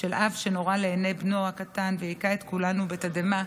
של אב שנורה לעיני בנו הקטן והכה את כולנו בתדהמה.